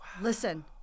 listen